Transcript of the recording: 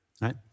Right